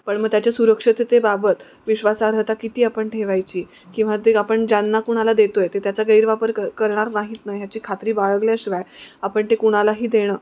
पण मग त्याच्या सुरक्षतेबाबत विश्वासार्हता किती आपण ठेवायची किंवा ते आपण ज्यांना कुणाला देतो आहे ते त्याचा गैरवापर करणार नाहीत ना ह्याची खात्री बाळगल्याशिवाय आपण ते कुणालाही देणं